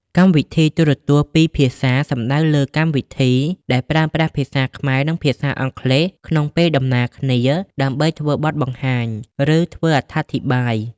កម្មវិធីទូរទស្សន៍ពីរភាសា សំដៅលើកម្មវិធីដែលប្រើប្រាស់ភាសាខ្មែរនិងភាសាអង់គ្លេសក្នុងពេលដំណាលគ្នាដើម្បីធ្វើបទបង្ហាញ ឬធ្វើអត្ថាធិប្បាយ។